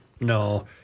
No